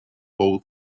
whole